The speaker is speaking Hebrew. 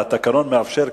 והתקנון מאפשר,